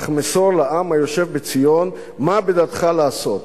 אך מסור לעם היושב בציון מה בדעתך לעשות,